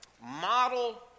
Model